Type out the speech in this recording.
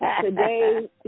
today